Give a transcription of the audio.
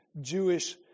Jewish